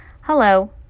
Hello